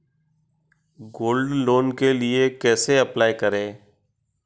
Gold loan के लिए कैसे अप्लाई करें?